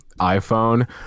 iPhone